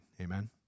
Amen